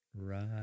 right